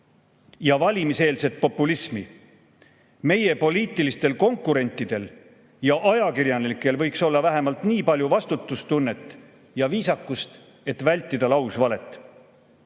ja valimiseelset populismi. Meie poliitilistel konkurentidel ja ajakirjanikel võiks olla vähemalt nii palju vastutustunnet ja viisakust, et vältida lausvalet.